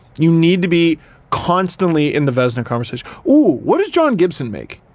you need to be constantly in the vezina conversation. oh, what does john gibson make?